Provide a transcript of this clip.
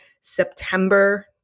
September